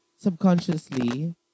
subconsciously